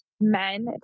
men